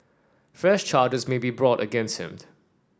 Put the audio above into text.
fresh charges may be brought against him